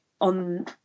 on